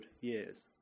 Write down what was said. years